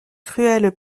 cruelle